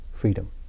freedom